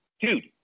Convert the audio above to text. Dude